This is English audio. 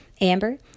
Amber